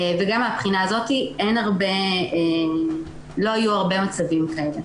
וגם מהבחינה הזאת לא היו הרבה מצבים כאלה.